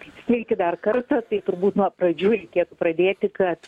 sveiki dar kartą tai turbūt nuo pradžių reikėtų pradėti kad